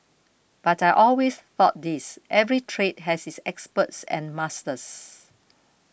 but I always thought this every trade has its experts and masters